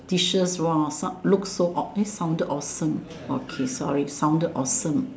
dishes !wah! some looks so awe~ eh sounded awesome okay sorry sounded awesome